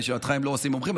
לשאלתך אם אין מומחים,